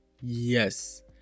yes